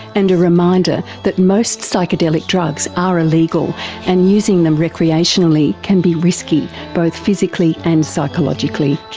and a reminder that most psychedelic drugs are illegal and using them recreationally can be risky, both physically and psychologically.